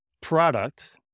product